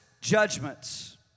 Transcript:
judgments